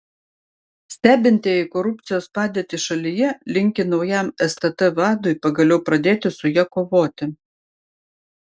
stebintieji korupcijos padėtį šalyje linki naujam stt vadui pagaliau pradėti su ja kovoti